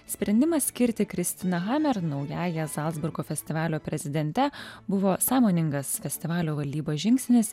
sprendimas skirti kristiną hummer naująja zalcburgo festivalio prezidente buvo sąmoningas festivalio valdybos žingsnis